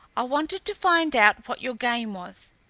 i wanted to find out what your game was.